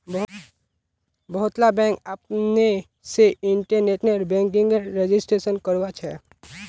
बहुतला बैंक अपने से इन्टरनेट बैंकिंगेर रजिस्ट्रेशन करवाछे